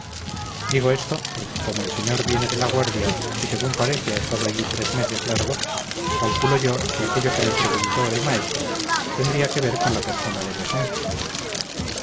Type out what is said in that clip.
digo esto porque como el señor viene de la guardia y según parece ha estado allí tres meses largos calculo yo si aquello que me preguntó el maestro tendría que ver con la persona de vuecencia